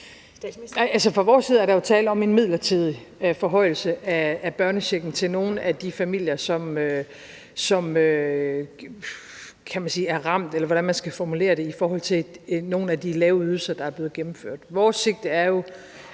fra vores side er der tale om en midlertidig forhøjelse af børnechecken til nogle af de familier, som, kan man sige, er ramt – eller hvordan skal man formulere det? – i forhold til nogle af de lave ydelser, der er blevet gennemført. Vores sigte er jo,